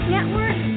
Network